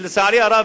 לצערי הרב,